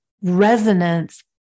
resonance